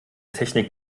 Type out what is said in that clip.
technik